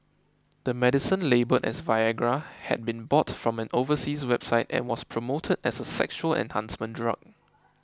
the medicine labelled as Viagra had been bought from an overseas website and was promoted as a sexual enhancement drug